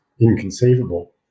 inconceivable